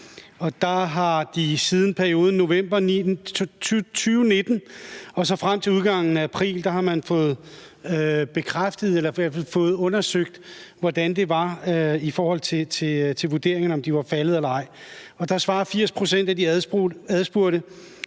Der har de i perioden november 2019 og frem til udgangen af april fået undersøgt, hvordan det var i forhold til vurderingerne, altså om de var faldet eller ej. Og der svarer 80 pct. af de adspurgte,